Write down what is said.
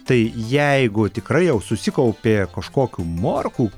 tai jeigu tikrai jau susikaupė kažkokių morkų